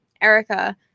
erica